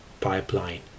pipeline